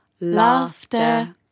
Laughter